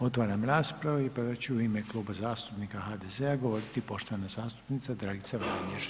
Otvaram raspravu i prva će u ime Kluba zastupnika HDZ-a govoriti poštovana zastupnica Dragica Vranješ.